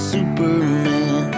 Superman